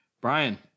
Brian